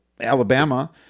Alabama